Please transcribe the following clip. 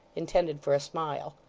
intended for a smile.